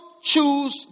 choose